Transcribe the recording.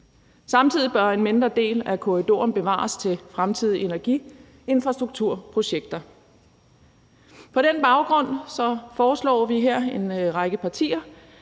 Samtidig bør en mindre del af korridoren bevares til fremtidige energiinfrastrukturprojekter. På den baggrund foreslår vi – en række partier